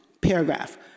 paragraph